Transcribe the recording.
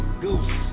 Goose